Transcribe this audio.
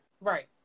Right